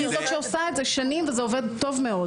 היא זו שעושה את זה שנים וזה עובד טוב מאוד.